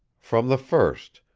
from the first,